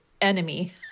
enemy